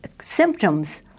symptoms